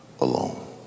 alone